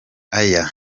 aya